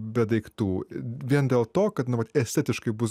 be daiktų vien dėl to kad estetiškai bus